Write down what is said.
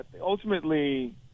Ultimately